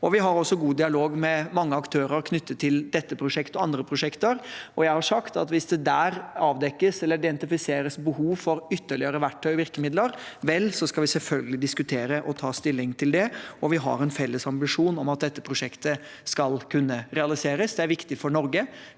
Vi har også god dialog med mange aktører knyttet til dette prosjektet og andre prosjekter. Og jeg har sagt at hvis det avdekkes eller identifiseres behov for ytterligere verktøy og virkemidler, så skal vi selvfølgelig diskutere og ta stilling til det. Vi har en felles ambisjon om at dette prosjektet skal kunne realiseres. Det er viktig for Norge,